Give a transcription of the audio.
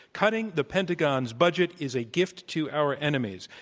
cutting the pentagon's budget is a gift to our enemies.